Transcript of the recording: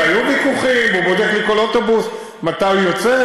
והיו ויכוחים והוא בודק לי כל אוטובוס מתי הוא יוצא,